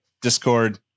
discord